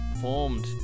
formed